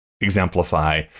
exemplify